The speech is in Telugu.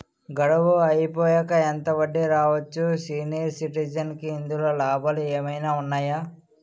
గడువు అయిపోయాక ఎంత వడ్డీ రావచ్చు? సీనియర్ సిటిజెన్ కి ఇందులో లాభాలు ఏమైనా ఉన్నాయా?